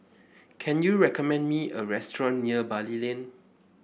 can you recommend me a restaurant near Bali Lane